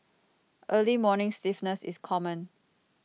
early morning stiffness is common